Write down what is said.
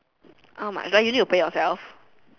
oh my God you need to pay yourself